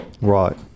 Right